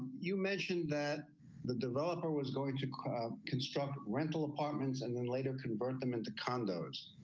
you mentioned that the developer was going to construct rental apartments and then later convert them into condos.